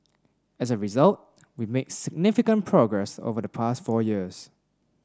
as a result we made significant progress over the past four years